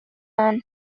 عنه